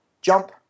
jump